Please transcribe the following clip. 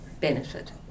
benefit